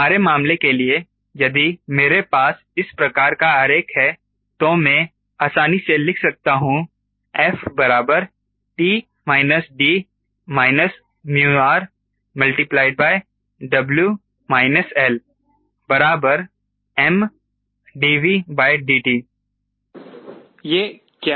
हमारे मामले के लिए यदि मेरे पास इस प्रकार का आरेख है तो मैं आसानी से लिख सकता हूं 𝐹 𝑇 − 𝐷 − 𝜇r𝑊 − 𝐿 𝑚 dVdt यह क्या है